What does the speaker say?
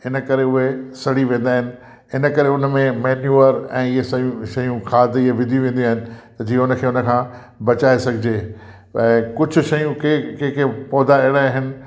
इन करे उहे सड़ी वेंदा आहिनि इन करे उन में मैन्यूअर ऐं इहे सयूं शयूं खाद इहे विदी वेंदियूं आहिनि जीवन खे उन खां बचाए सघिजे ऐं कुझु शयूं कंहिं कंहिंखें पौधा अहिड़ा आहिनि